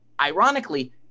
ironically